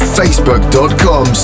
facebook.com